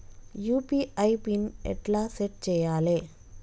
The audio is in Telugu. యూ.పీ.ఐ పిన్ ఎట్లా సెట్ చేయాలే?